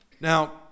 Now